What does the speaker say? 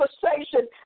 conversation